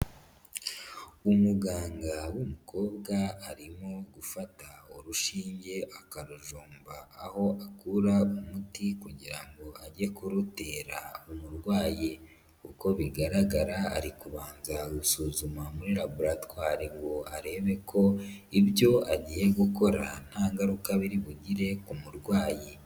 Umuganga w'umukobwa arimo gufata urushinge akarujomba aho akura umuti kugira ngo ajye kurutera umurwayi. Uko bigaragara ari kubanza gusuzuma muri laboratwari ngo arebe ko ibyo agiye gukora nta ngaruka biri bugire ku murwayi.